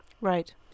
Right